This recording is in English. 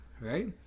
right